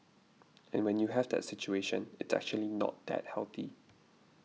and when you have that situation it's actually not that healthy